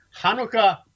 Hanukkah